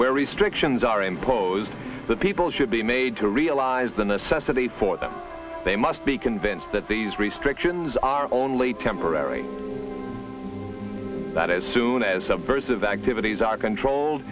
where restrictions are imposed that people should be made to realize the necessity for them they must be convinced that these restrictions are only temporary that as soon as a verse of activities are controlled